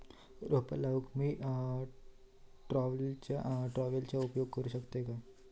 रोपा लाऊक मी ट्रावेलचो उपयोग करू शकतय काय?